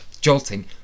jolting